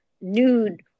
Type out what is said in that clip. nude